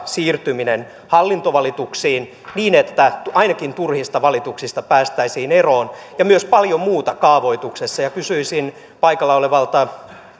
siirtyminen hallintovalituksiin niin että ainakin turhista valituksista päästäisiin eroon ja myös paljon muuta kaavoituksesta kysyisin paikalla olevalta